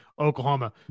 Oklahoma